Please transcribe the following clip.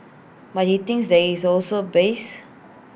but he thinks there is also bias